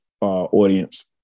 audience